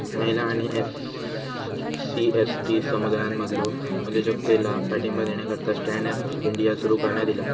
महिला आणि SC, ST समुदायांमधलो उद्योजकतेला पाठिंबा देण्याकरता स्टँड अप इंडिया सुरू करण्यात ईला